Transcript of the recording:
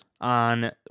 on